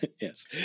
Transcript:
yes